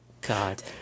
God